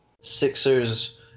Sixers